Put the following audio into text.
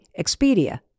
Expedia